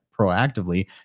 proactively